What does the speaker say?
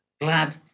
glad